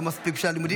לא מספיק ללימודים?